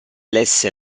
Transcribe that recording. lesse